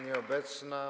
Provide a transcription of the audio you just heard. Nieobecna.